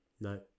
No